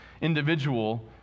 individual